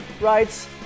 writes